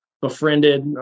befriended